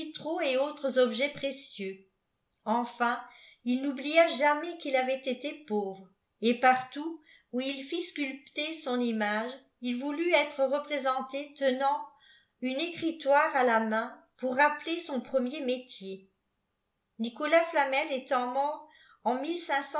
et autres objets précieux enfin il n'oublia jamais qu'il avait été pauvre et partout où il fit sculpter son image il voulut être représenté tenant une écritoire à la main pour rappeler son premier métier nicolas flamel étant mort en